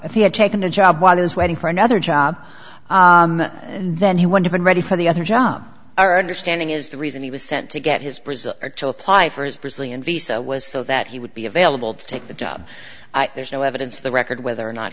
if he had taken a job while he was waiting for another job then he wondered ready for the other job our understanding is the reason he was sent to get his brazil or to apply for his brazilian visa was so that he would be available to take the job there is no evidence of the record whether or not